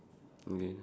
okay